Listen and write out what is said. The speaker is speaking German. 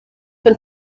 wenn